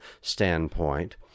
standpoint